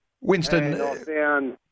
Winston